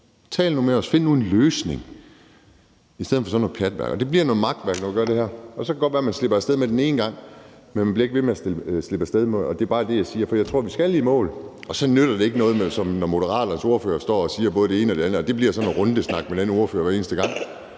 Tal nu med os, og find nu en løsning i stedet for at lave sådan noget pjatværk. Det bliver noget makværk, når man gør det her. Så kan det godt være, at man slipper af sted med det den ene gang, men man bliver ikke ved med at slippe af sted med det. Det er bare det, jeg siger, for jeg tror, at vi skal i mål. Og så nytter det ikke noget, at Moderaternes ordfører står og siger både det ene og det andet. Det bliver sådan noget rundesnak med den ordfører hver eneste gang.